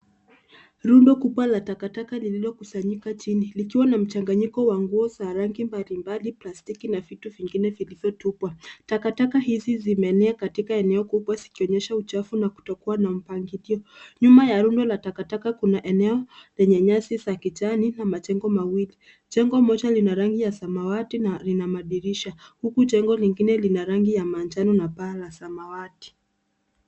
Rundo kubwa la takataka lililosambaa chini, likiwa na mchanga, nyenzo za nguo, sarandimba, mbao, plastiki na vitu vingine vilivyotupwa. Takataka hizi zipo katika eneo kubwa, zikionyesha uchafu na ukosefu wa mpangilio. Nyuma ya rundo la takataka kuna eneo lenye nyasi za kijani na majengo mawili. Jengo moja lina rangi ya samawati na lina madirisha, huku jengo lingine likiwa na rangi ya manjano na paa la samawati.